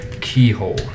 keyhole